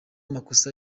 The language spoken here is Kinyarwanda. makosa